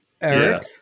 Eric